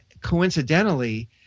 coincidentally